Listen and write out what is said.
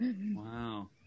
wow